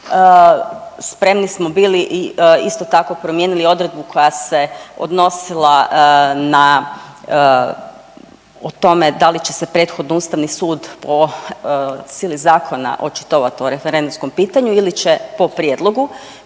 spremni smo bili isto tako promijenili odredbu koja se odnosila na o tome da li će se prethodno Ustavni sud po sili zakona očitovat o referendumskom pitanju ili će po prijedlogu,